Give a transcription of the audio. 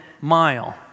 mile